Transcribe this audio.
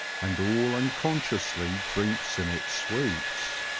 and all unconsciously drinks in its sweets.